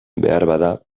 beharbada